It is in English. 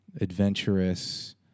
adventurous